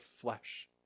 flesh